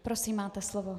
Prosím, máte slovo.